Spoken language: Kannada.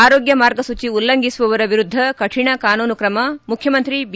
ಆರೋಗ್ಯ ಮಾರ್ಗಸೂಚಿ ಉಲ್ಲಂಘಿಸುವವರ ವಿರುದ್ದ ಕಠಿಣ ಕಾನೂನು ಕ್ರಮ ಮುಖ್ಯಮಂತ್ರಿ ಬಿ